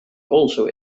also